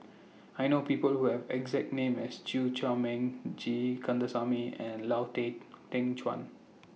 I know People Who Have exact name as Chew Chor Meng G Kandasamy and Lau Tay Teng Chuan